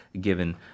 given